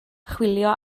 chwilio